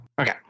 Okay